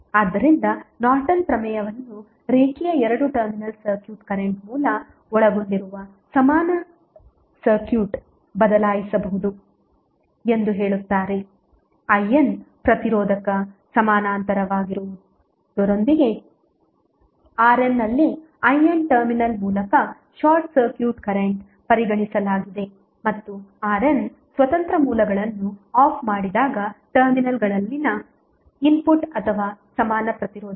ಆದ್ದರಿಂದ ನಾರ್ಟನ್ ಪ್ರಮೇಯವನ್ನು ರೇಖೀಯ ಎರಡು ಟರ್ಮಿನಲ್ ಸರ್ಕ್ಯೂಟ್ ಕರೆಂಟ್ ಮೂಲ ಒಳಗೊಂಡಿರುವ ಸಮಾನ ಸರ್ಕ್ಯೂಟ್ಬದಲಾಯಿಸಬಹುದು ಎಂದು ಹೇಳುತ್ತಾರೆ IN ಪ್ರತಿರೋಧಕ ಸಮಾನಾಂತರವಾಗಿಡುವುದರೊಂದಿಗೆ RN ಅಲ್ಲಿ IN ಟರ್ಮಿನಲ್ ಮೂಲಕ ಶಾರ್ಟ್ ಸರ್ಕ್ಯೂಟ್ ಕರೆಂಟ್ ಪರಿಗಣಿಸಲಾಗಿದೆ ಮತ್ತು RN ಸ್ವತಂತ್ರ ಮೂಲಗಳನ್ನು ಆಫ್ ಮಾಡಿದಾಗ ಟರ್ಮಿನಲ್ಗಳಲ್ಲಿನ ಇನ್ಪುಟ್ ಅಥವಾ ಸಮಾನ ಪ್ರತಿರೋಧ